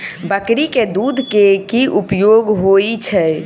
बकरी केँ दुध केँ की उपयोग होइ छै?